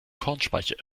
kornspeicher